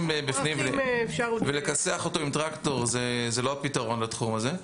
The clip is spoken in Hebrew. בפנים ולכסח אותו עם טרקטור זה לא הפתרון לתחום הזה.